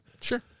Sure